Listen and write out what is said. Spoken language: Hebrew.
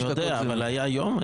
אני יודע, אבל היה יום?